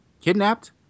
kidnapped